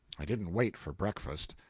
i didn't wait for breakfast.